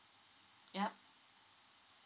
yup